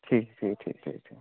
ٹھیٖک ٹھیٖک ٹھیٖک ٹھیٖک ٹھیٖک